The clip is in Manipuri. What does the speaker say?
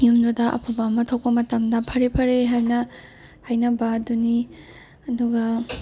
ꯌꯨꯝꯗꯨꯗ ꯑꯐꯕ ꯑꯃ ꯊꯣꯛꯄ ꯃꯇꯝꯗ ꯐꯔꯦ ꯐꯔꯦ ꯍꯥꯏꯅ ꯍꯥꯏꯅꯕ ꯑꯗꯨꯅꯤ ꯑꯗꯨꯒ